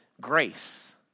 grace